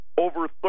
over